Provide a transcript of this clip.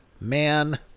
Man